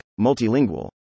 Multilingual